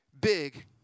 big